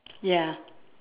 ya